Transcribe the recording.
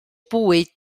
bwyd